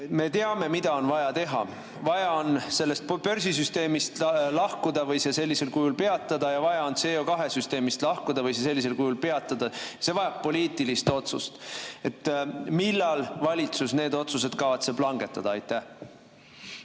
Me teame, mida on vaja teha: vaja on börsisüsteemist lahkuda või see sellisel kujul peatada ja vaja on CO2süsteemist lahkuda või see sellisel kujul peatada. See vajab poliitilist otsust. Millal valitsus need otsused kavatseb langetada? Aitäh!